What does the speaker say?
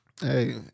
Hey